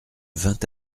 vingt